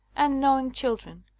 and knowing children,